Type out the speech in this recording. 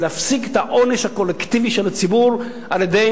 ולהפסיק את העונש הקולקטיבי של הציבור על-ידי